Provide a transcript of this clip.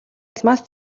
улмаас